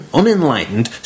unenlightened